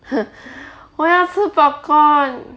我要吃 popcorn